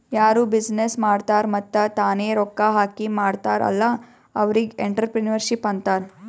ಯಾರು ಬಿಸಿನ್ನೆಸ್ ಮಾಡ್ತಾರ್ ಮತ್ತ ತಾನೇ ರೊಕ್ಕಾ ಹಾಕಿ ಮಾಡ್ತಾರ್ ಅಲ್ಲಾ ಅವ್ರಿಗ್ ಎಂಟ್ರರ್ಪ್ರಿನರ್ಶಿಪ್ ಅಂತಾರ್